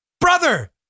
brother